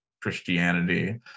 Christianity